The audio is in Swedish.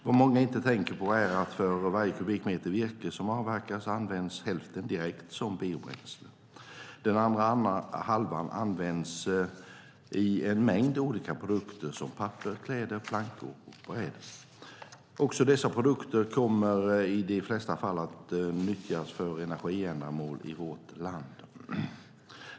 Vad många inte tänker på är att av varje kubikmeter virke som avverkas används hälften direkt som biobränsle. Den andra halvan används i en mängd olika produkter som papper, kläder, plankor och brädor. Också dessa produkter kommer i de flesta fall att utnyttjas för energiändamål i vårt land.